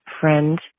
friend